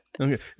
okay